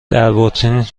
دربطری